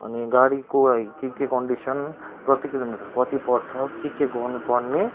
अनि गाडीको है के के कन्डिसन प्रतिकिलोमिटर कति पर्छ के के गर्नुपर्ने